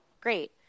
Great